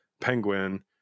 Penguin